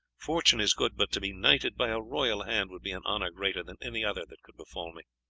fortune is good, but to be knighted by a royal hand would be an honour greater than any other that could befall me.